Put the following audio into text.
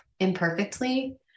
imperfectly